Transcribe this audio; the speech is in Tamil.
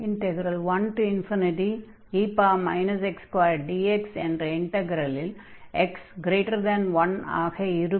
அதன்படி 1 dx என்ற இன்டக்ரலில் x 1 ஆக இருக்கும்